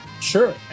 Sure